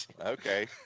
okay